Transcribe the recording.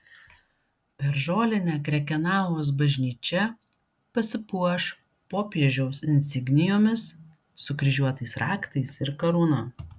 per žolinę krekenavos bažnyčia pasipuoš popiežiaus insignijomis sukryžiuotais raktais ir karūna